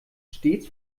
stets